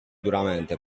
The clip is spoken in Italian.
duramente